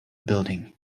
building